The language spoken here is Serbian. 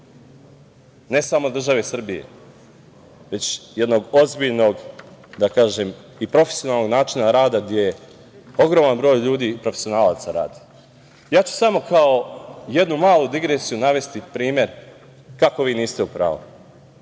ne samo države Srbije, već jednog ozbiljnog i profesionalnog načina rada gde ogroman broj ljudi profesionalaca radi. Ja ću samo kao jednu malu digresiju navesti primer kako niste u pravu.